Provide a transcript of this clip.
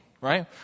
right